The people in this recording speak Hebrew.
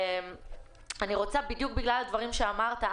בדיוק בגלל הדברים שאמרת,